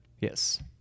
Yes